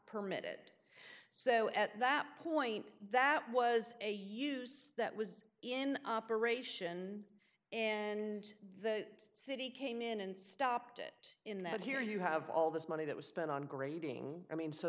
permit it so at that point that was a use that was in operation and the city came in and stopped it in the here you have all this money that was spent on grading i mean so